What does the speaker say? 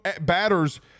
batters